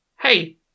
hey